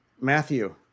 Matthew